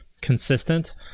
consistent